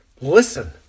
listen